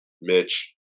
Mitch